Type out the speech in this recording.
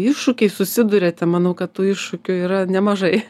iššūkiais susiduriate manau kad tų iššūkių yra nemažai